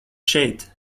šeit